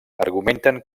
argumenten